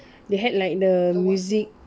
they had like the music